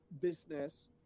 business